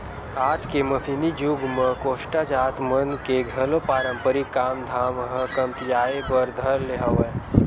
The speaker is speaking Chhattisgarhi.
आज के मसीनी जुग म कोस्टा जात मन के घलो पारंपरिक काम धाम ह कमतियाये बर धर ले हवय